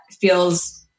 feels